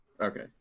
okay